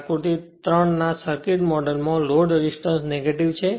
આકૃતિ 3 ના સર્કિટમોડેલમાં લોડ રેસિસ્ટન્સ નેગેટિવ છે